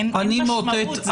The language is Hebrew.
אין משמעות,